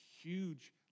huge